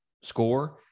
score